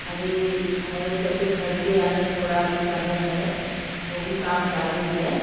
अभी हमारे सब घर पर आने में थोड़ा अभी समय है वो भी काम चालू है